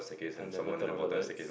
I never turn on the lights